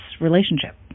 relationship